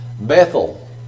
Bethel